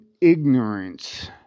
ignorance